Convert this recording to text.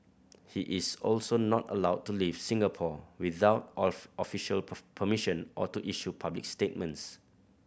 he is also not allowed to leave Singapore without off official permission or to issue public statements